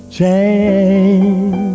change